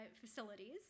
facilities